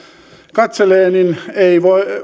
katselee niin